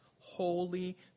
Holy